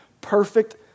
perfect